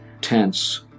tense